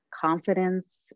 confidence